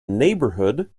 neighbourhood